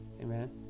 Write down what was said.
amen